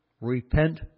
Repent